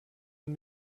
und